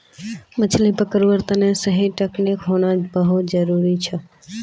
मछली पकड़वार तने सही टेक्नीक होना बहुत जरूरी छ